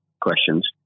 questions